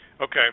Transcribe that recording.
Okay